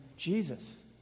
Jesus